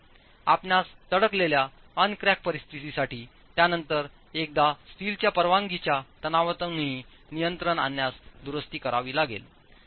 आपणास तडकलेल्या अन क्रॅक परिस्थितीसाठी त्यानंतर एकदा स्टीलच्या परवानगीच्या तणावातूनही नियंत्रण आल्यास दुरुस्ती करावी लागेल